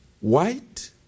white